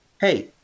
hey